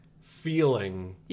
feeling